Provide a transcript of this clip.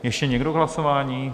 Ještě někdo k hlasování?